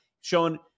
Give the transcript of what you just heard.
showing